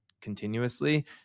continuously